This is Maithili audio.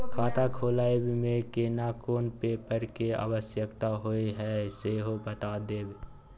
खाता खोलैबय में केना कोन पेपर के आवश्यकता होए हैं सेहो बता देब?